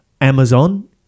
Amazon